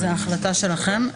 זו החלטה שלכם.